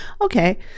okay